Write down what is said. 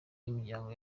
n’imiryango